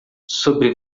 sobre